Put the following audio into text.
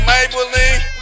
Maybelline